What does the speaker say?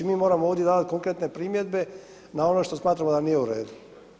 Mi moramo ovdje davati konkretne primjedbe na ono što smatramo da nije uredu.